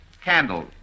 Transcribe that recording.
candles